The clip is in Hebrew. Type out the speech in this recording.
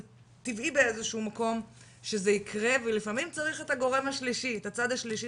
טבעי באיזשהו מקום שזה יקרה ולפעמים צריך א הגורם השלישי את הצד השלישי